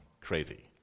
crazy